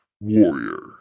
warrior